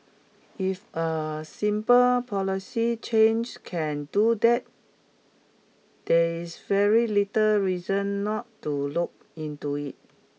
if a simple policy change can do that there is very little reason not to look into it